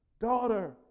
daughter